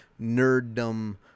nerddom